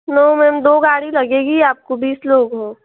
no ma'am दो गाड़ी लगेगी आपको बीस लोग हो